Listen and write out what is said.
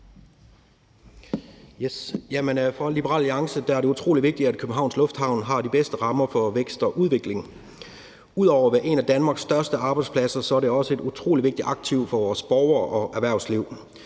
For Liberal Alliance er det utrolig vigtigt, at Københavns Lufthavn har de bedste rammer for vækst og udvikling. Ud over at være en af Danmarks største arbejdspladser er det også et utrolig vigtigt aktiv for vores borgere og erhvervsliv.